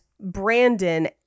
Brandon